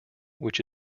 which